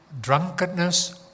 drunkenness